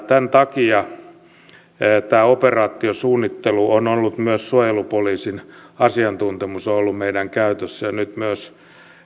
tämän takia tässä operaatiosuunnittelussa on ollut myös suojelupoliisin asiantuntemus meidän käytössämme ja nyt myös